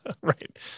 Right